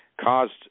caused